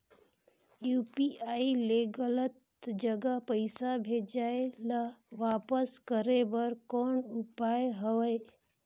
UPI ले गलत जगह पईसा भेजाय ल वापस करे बर कौन उपाय हवय?